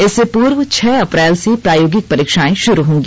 इससे पूर्व छह अप्रैल से प्रायोगिक परीक्षाएं शुरू होंगी